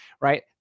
right